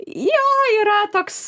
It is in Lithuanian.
jo yra toks